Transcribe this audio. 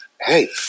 hey